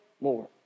more